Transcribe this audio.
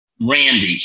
Randy